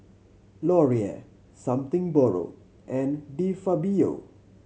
Laurier Something Borrowed and De Fabio